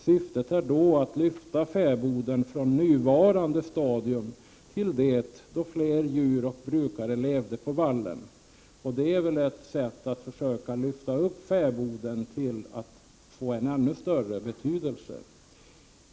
Syftet är då att lyfta fäboden från nuvarande stadium till det då fler djur och brukare levde på vallen. Det är väl ett sätt att försöka lyfta upp fäboden så att den får en ännu större betydelse.